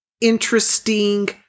interesting